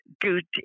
good